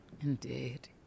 Indeed